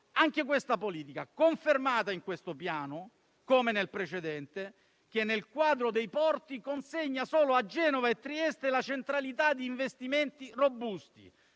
anche questa politica - confermata in questo Piano, come nel precedente, che nel quadro dei porti consegna solo a Genova e Trieste la centralità di investimenti robusti